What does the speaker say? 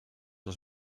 les